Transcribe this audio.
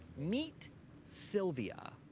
meet silvia.